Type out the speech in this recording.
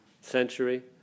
century